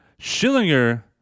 Schillinger